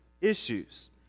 issues